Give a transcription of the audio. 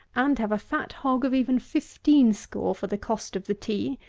and have a fat hog of even fifteen score for the cost of the tea,